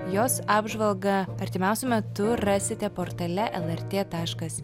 jos apžvalgą artimiausiu metu rasite portale lrt taškas